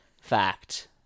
fact